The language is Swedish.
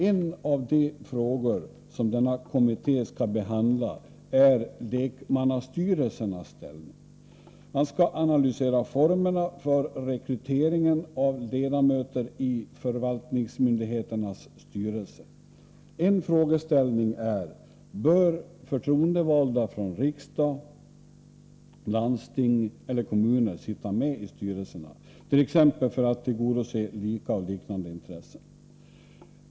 En av de frågor som denna kommitté skall behandla är lekmannastyrelsernas ställning. Man skall analysera formerna för rekryteringen av ledamöter i förvaltningsmyndigheternas styrelser. En frågeställning är: Bör förtroendevalda från riksdag, landsting eller kommuner sitta med i styrelserna, t.ex. för att tillgodose lika och liknande intressen?